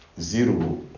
zero